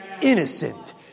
innocent